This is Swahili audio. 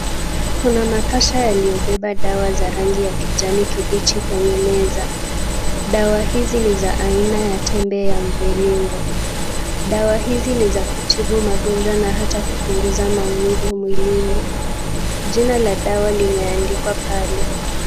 Kuna makasha yaliobeba dawa za rangi ya kijani kibichi kwenye meza. Dawa hizi ni za aina ya tembe ya mviringo. Dawa hizi ni za kutibu magonjwa na hata kupunguza maumivu mwilini. Jina la dawa limeandikwa pale.